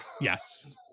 Yes